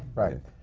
right,